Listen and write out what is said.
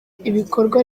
ibikorwa